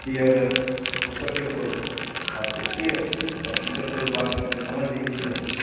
کہ اگر ہو سکے تو آپ دیکھیے اگر ٹیچر سے بھی بات کر کے سمجھ لیجیے یا پھر